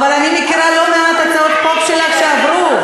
אבל אני מכירה לא מעט הצעות חוק שלך שעברו.